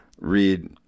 read